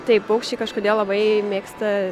taip paukščiai kažkodėl labai mėgsta